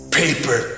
paper